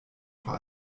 vor